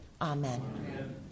Amen